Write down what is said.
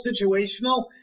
situational